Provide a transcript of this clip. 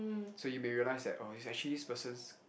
so you may realise that oh that is actually this person's